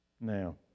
Now